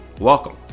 welcome